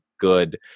good